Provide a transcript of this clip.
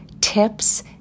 tips